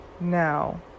Now